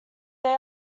they